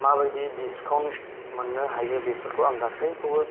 माबायदि दिसकाउन्ट मोननो हायो बेफोरखौ आं गासैखौबौ